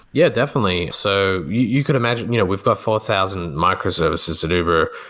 yeah, definitely. so you can imagine you know we've got four thousand microservices at uber.